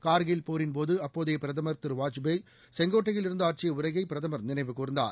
கார்கில் போரின் போது அப்போதைய பிரதமர் வாஜ்பாய் செங்கோட்டையில் இருந்து ஆற்றிய உரையை பிரதமர் நினைவுகூர்ந்தார்